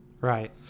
Right